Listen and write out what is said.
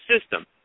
system